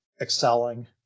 excelling